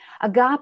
Agape